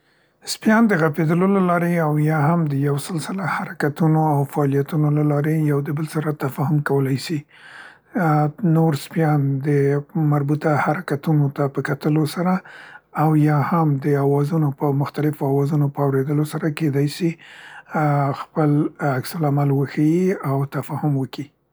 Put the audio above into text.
سپیان د غپیدلو له لارې او یا هم د یو سلسله حرکتونو او فعالیتونو له لارې یو د بل سره تفاهم کولای سي. ا ا نور سپیان د مربوطه حرکتونو ته په کتلو سره او یا هم د اوازونو په مختلفونو اوازونو په اوریدلو سره کیدای سي خپل عکس العمل وښيي او تفاهم وکي.